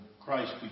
Christ